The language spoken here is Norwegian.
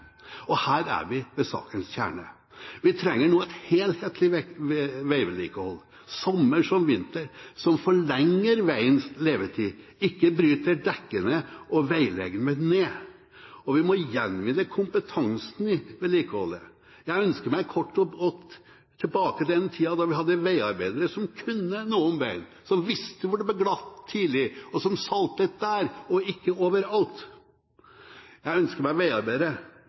veiene. Her er vi ved sakens kjerne. Vi trenger nå et helhetlig veivedlikehold sommer som vinter, som forlenger veiens levetid, ikke bryter dekkene og veilegemet ned. Vi må gjenvinne kompetansen i vedlikeholdet. Jeg ønsker meg kort og godt tilbake til den tida da vi hadde veiarbeidere som kunne noe om veien, som visste hvor det ble glatt tidlig, og som saltet der og ikke over alt. Jeg ønsker meg